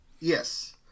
yes